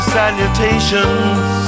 salutations